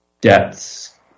debts